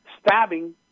stabbing